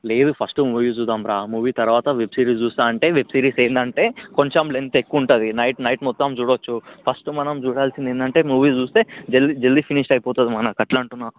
లేదు first movie చూద్దాం రా మూవీ తర్వాత వెబ్సిరీస్ చూస్తా అంటే వెబ్సిరీస్ ఏంటంటే కొంచెం లెంత్ ఎక్కువ ఉంటుంది నైట్ నైట్ మొత్తం చూడచ్చు ఫస్ట్ మనం చూడాల్సింది ఏంటంటే మూవీ చూస్తే జల్దీ జల్దీ ఫినిష్ అయిపోతుంది మనకు అట్ల అంటున్నాను